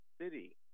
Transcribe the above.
city